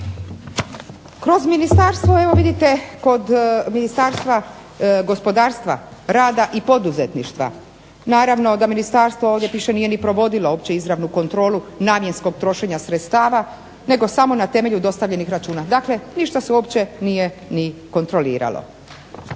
Kroz ministarstvo vidite kod Ministarstva gospodarstva, rada i poduzetništva, naravno da Ministarstvo, ovdje piše nije ni provodilo opće izravnu kontrolu namjenskog trošenja sredstava, nego samo na temelju dostavljenih računa, dakle ništa se uopće nije ni kontroliralo.